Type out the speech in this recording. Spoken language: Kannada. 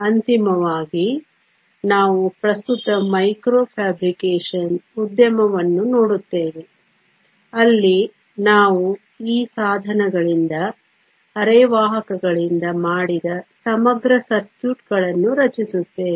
ಅಂತಿಮವಾಗಿ ನಾವು ಪ್ರಸ್ತುತ ಮೈಕ್ರೊ ಫ್ಯಾಬ್ರಿಕೇಶನ್ ಉದ್ಯಮವನ್ನು ನೋಡುತ್ತೇವೆ ಅಲ್ಲಿ ನಾವು ಈ ಸಾಧನಗಳಿಂದ ಅರೆವಾಹಕಗಳಿಂದ ಮಾಡಿದ ಸಮಗ್ರ ಸರ್ಕ್ಯೂಟ್ಗಳನ್ನು ರಚಿಸುತ್ತೇವೆ